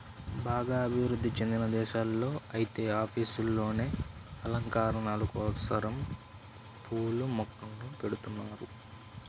బాగా అభివృధ్ధి చెందిన దేశాల్లో ఐతే ఆఫీసుల్లోనే అలంకరణల కోసరం పూల మొక్కల్ని బెడతన్నారు